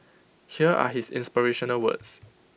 here are his inspirational words